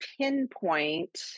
pinpoint